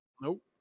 Nope